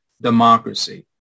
democracy